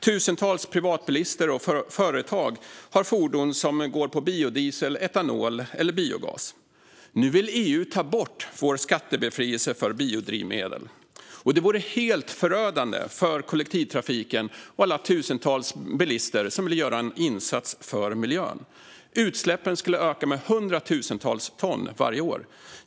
Tusentals privatbilister och företag har fordon som går på biodiesel, etanol eller biogas. Nu vill EU ta bort vår skattebefrielse för biodrivmedel. Det vore helt förödande för kollektivtrafiken och alla tusentals bilister som vill göra en insats för miljön. Utsläppen skulle öka med hundratusentals ton varje år.